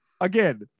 again